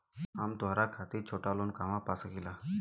हम त्योहार खातिर छोटा लोन कहा पा सकिला?